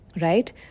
right